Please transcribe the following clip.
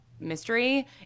mystery